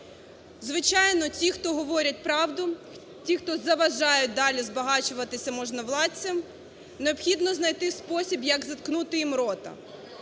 Звичайно, ті, хто говорять правду, ті, хто заважає далі збагачуватися можновладцям… необхідно знайти спосіб, як заткнути їм рота.